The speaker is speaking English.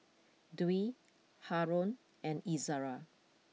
Dwi Haron and Izzara